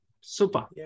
Super